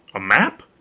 a map?